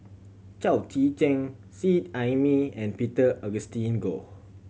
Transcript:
Chao Tzee Cheng Seet Ai Mee and Peter Augustine Goh